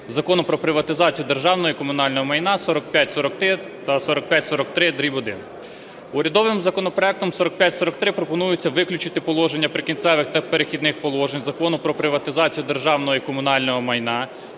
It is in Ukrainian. Закону "Про приватизацію державного і комунального майна" (4543 та 4543-1). Урядовим законопроектом 4543 пропонується виключити положення "Прикінцевих та перехідних положень" Закону "Про приватизацію державного і комунального майна"